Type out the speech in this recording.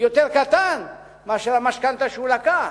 יותר קטן מאשר המשכנתה שהוא לקח.